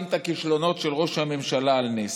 את הכישלונות של ראש הממשלה על נס,